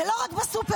ולא רק בסופרמרקט.